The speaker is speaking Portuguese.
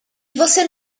você